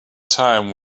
time